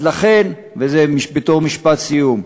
אז לכן, בתור משפט סיום,